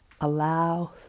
allow